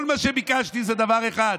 כל מה שביקשתי זה דבר אחד.